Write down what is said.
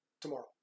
tomorrow